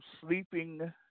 sleeping